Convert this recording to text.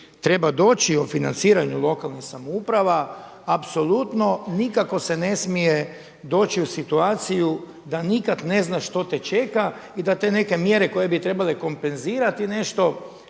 treba doći o financiranju lokalnih samouprava apsolutno nikako se ne smije doći u situaciju da nikad ne znaš što te čeka i da te neke mjere koje bi trebale kompenzirati nešto